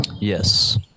Yes